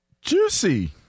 juicy